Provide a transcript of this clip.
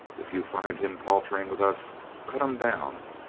if you find him paltering with us, cut him down.